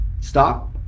Stop